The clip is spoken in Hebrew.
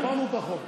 הבנו את החוק.